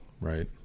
Right